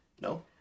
No